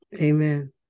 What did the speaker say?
Amen